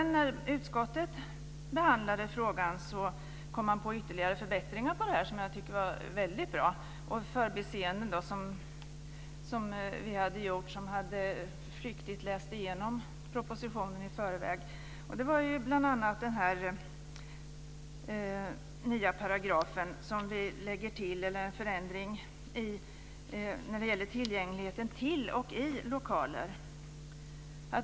När utskottet behandlade frågan kom man på ytterligare förbättringar, som jag tyckte var väldigt bra. Vi hade gjort förbiseenden när vi flyktigt läst igenom propositionen i förväg. Det gäller bl.a. en ny paragraf som vi lägger till om tillgängligheten till och i lokaler.